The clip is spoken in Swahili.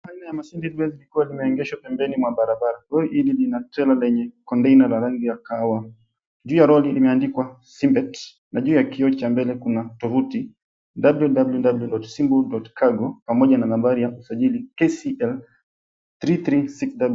Aina ya mashine hizi zilikuwa limeegeshwa pembeni mwa barabara. Hili lina trailer lenye container la rangi ya kahawa. Juu ya lori limeandikwa Simbet na juu ya kioo cha mbele kuna tovuti, www.simbu.cargo pamoja na nambari ya usajili KCL 336.